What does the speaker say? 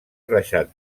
reixat